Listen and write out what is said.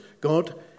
God